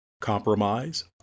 compromise